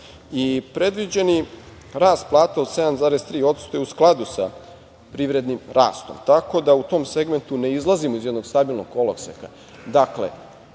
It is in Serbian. okvirima. Predviđeni rast plata od 7,3% je u skladu sa privrednim rastom, tako da u tom segmentu ne izlazimo iz jednog stabilnog koloseka.